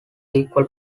equal